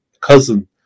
cousin